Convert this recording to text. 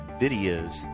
videos